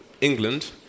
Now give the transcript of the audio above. England